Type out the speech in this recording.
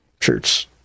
Shirts